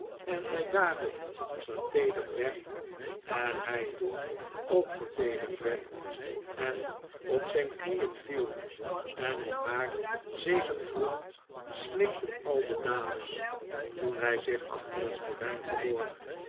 en zij daarop verteederd werd en hij toen ook verteederd een nieuwe verschijning werd en op zijn knieen viel en om haar zegen vroeg snikten al de dames toen hij zich achter een gordijn verborg